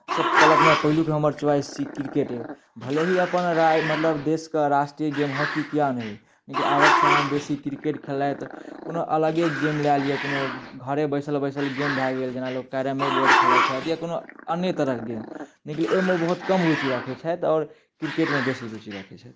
सभ कहलक नहि पहिलुक हमर चोइस छी क्रिकेटे भले ही अपन रा मतलब देशके राष्ट्रीय गेम हॉकी किया नहि अइ लेकिन आबक समयमे बेसी क्रिकेट खेलैत कोनो अलगे गेम लए लिअ कोनो घरे बैसल बैसल गेम भए गेल जेना लोक कैरमे बोर्ड खेलाइत छथि या कोनो अन्य तरहके गेम लेकिन ओहिमे बहुत कम रुचि राखैत छथि आओर क्रिकेटमे बेसी रुचि राखैत छथि